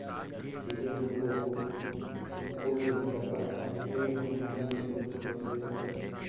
चीज़ें है जो हम पूर्ण नहीं कर पा रहे हैं जिससे हमें हानि भुगतनी पड़ रही है